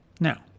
Now